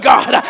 God